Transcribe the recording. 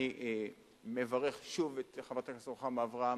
אני מברך שוב את חברת הכנסת רוחמה אברהם,